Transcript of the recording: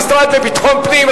המשרד לביטחון פנים.